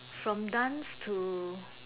from dance to